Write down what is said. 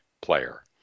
player